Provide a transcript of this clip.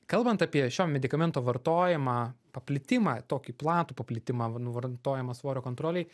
kalbant apie šio medikamento vartojimą paplitimą tokį platų paplitimą nu vartojimą svorio kontrolei